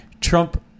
Trump